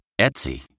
Etsy